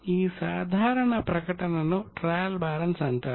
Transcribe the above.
ఈ సాధారణ ప్రకటనను ట్రయల్ బ్యాలెన్స్ అంటారు